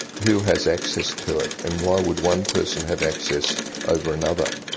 who has access to it, and why would one person have access over another?